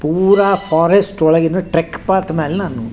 ಪೂರಾ ಫಾರೆಸ್ಟ್ ಒಳಗಿನ trek path ಮೇಲ್ ನಾನು